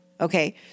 Okay